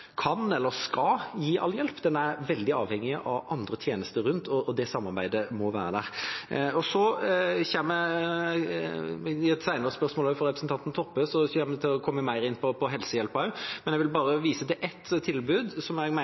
kan eller skal gi all hjelp, man er veldig avhengig av andre tjenester, og det samarbeidet må være der. I et senere spørsmål, fra representanten Toppe, kommer jeg til å komme mer inn på helsehjelpen. Men jeg vil bare vise til ett tilbud som jeg mener